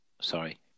Sorry